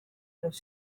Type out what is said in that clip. los